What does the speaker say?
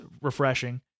refreshing